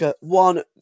one